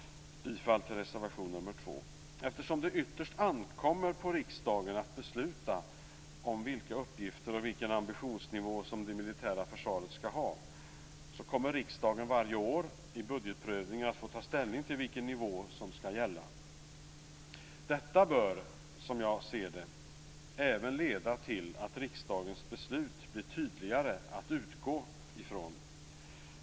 Jag yrkar bifall till reservation nr 2. Eftersom det ytterst ankommer på riksdagen att besluta om vilka uppgifter och vilken ambitionsnivå som det militära försvaret skall ha, kommer riksdagen varje år i budgetprövningen att få ta ställning till vilken nivå som skall gälla. Detta bör, som jag ser det, även leda till att riksdagens beslut blir tydligare att utgå från.